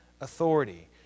authority